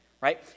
right